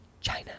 China